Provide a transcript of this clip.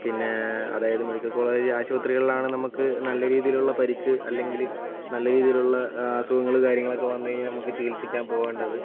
പിന്നേ അതായത് medical college ആശുപത്രികളിലാണ് നമുക്ക് നല്ല രീതിയിലുള്ള പരിക്ക് അല്ലെങ്കിൽ നല്ല രീതിയിലുള്ള അസുഖങ്ങൾ കാര്യങ്ങളൊക്കെ വന്നുകഴിഞ്ഞാൽ നമുക്ക് ചികിത്സിക്കാൻ പോകേണ്ടത്